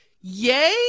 yay